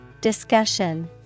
Discussion